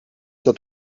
dat